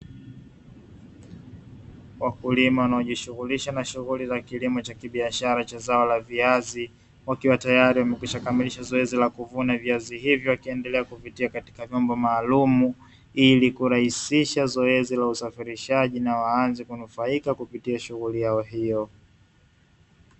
Wakulima wanajishughulisha na shughuli ya za kilimo cha kibiashara cha zao la viazi, wakiwa tayari wamekwisha kukamilisha zoezi la kuvuna viazi hivyo na kuvitia katika vyombo maalumu, ili kurahisisha zoezi la usafirishaji na waanze kunufaika kupitia shughuli hiyo.